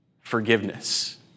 Forgiveness